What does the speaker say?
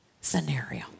scenario